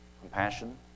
compassion